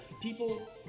People